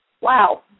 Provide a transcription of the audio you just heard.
Wow